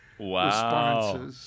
Wow